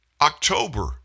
October